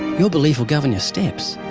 your belief will govern your steps.